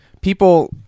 people